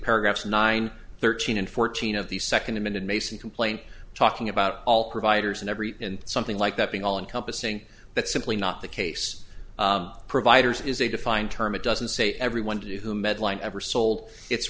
paragraphs nine thirteen and fourteen of the second amended mason complaint talking about all providers and every and something like that being all encompassing but simply not the case providers is a defined term it doesn't say everyone who medline ever sold it's